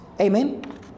Amen